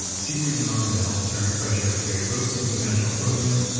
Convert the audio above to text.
siemering went on to help turn fresh air with terry gross into a national program,